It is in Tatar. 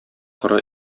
коры